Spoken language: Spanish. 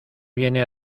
viene